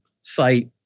site